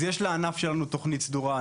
יש לענף שלנו תוכנית סדורה,